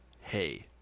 hey